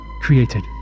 created